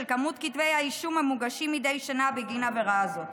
מספר כתבי האישום המוגשים מדי שנה בגין העבירה הזאת.